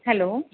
hello